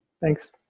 Thanks